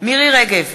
מירי רגב,